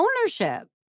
ownership